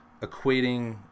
equating